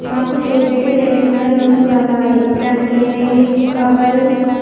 మాకు షూరిటీ లేకుండా లోన్ కావాలి దానికి ఏమేమి కావాలి?